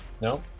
no